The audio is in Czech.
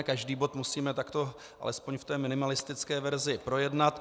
Každý bod musíme takto alespoň v té minimalistické verzi projednat.